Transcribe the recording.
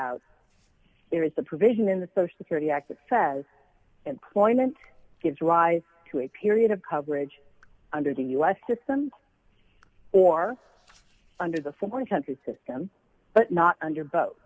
out there is a provision in the social security act that says employment gives rise to a period of coverage under the us system or under the foreign country's system but not under b